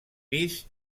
pis